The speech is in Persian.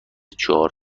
چهار